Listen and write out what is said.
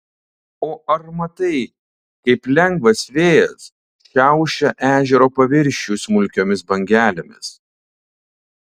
o ar matai kaip lengvas vėjas šiaušia ežero paviršių smulkiomis bangelėmis